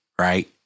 right